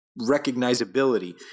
recognizability